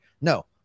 no